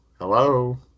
hello